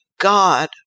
God